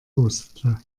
hustete